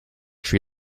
sri